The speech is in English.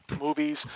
movies